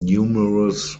numerous